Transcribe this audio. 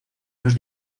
los